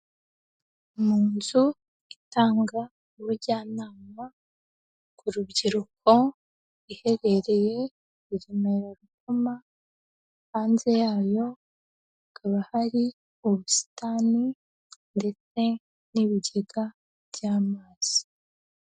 Mu nzu itanga ubujyanama ku rubyiruko, iherereye i Remera Rukoma, hanze yayo hakaba hari ubusitani ndetse n'ibigega by'amazi.